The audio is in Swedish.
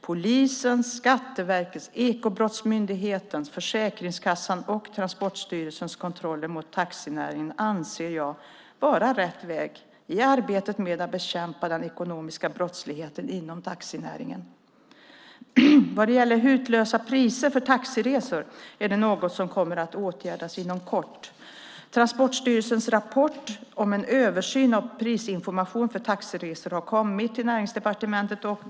Polisens, Skatteverkets, Ekobrottsmyndighetens, Försäkringskassans och Transportstyrelsens kontroller av taxinäringen anser jag vara rätt väg i arbetet med att bekämpa den ekonomiska brottsligheten inom taxinäringen. Vad gäller hutlösa priser för taxiresor är det något som kommer att åtgärdas inom kort. Transportstyrelsens rapport om en översyn av prisinformation för taxiresor har inkommit till Näringsdepartementet.